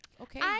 okay